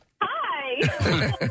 Hi